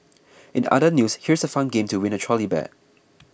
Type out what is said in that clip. in other news here's a fun game to win a trolley bag